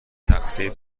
تقصیر